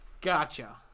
gotcha